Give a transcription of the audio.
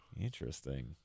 interesting